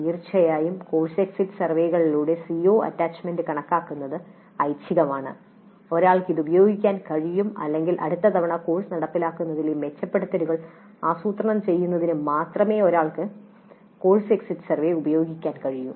തീർച്ചയായും course exit സർവേകളിലൂടെ CO attachment കണക്കാക്കുന്നത് ഐച്ഛികമാണ് ഒരാൾക്ക് ഇത് ഉപയോഗിക്കാൻ കഴിയും അല്ലെങ്കിൽ അടുത്ത തവണ കോഴ്സ് നടപ്പിലാക്കുന്നതിലെ മെച്ചപ്പെടുത്തലുകൾ ആസൂത്രണം ചെയ്യുന്നതിന് മാത്രമേ ഒരാൾക്ക് എക്സിറ്റ് സർവേ ഉപയോഗിക്കാൻ കഴിയൂ